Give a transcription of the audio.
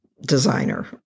designer